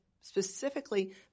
specifically